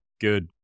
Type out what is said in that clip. good